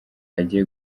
agiye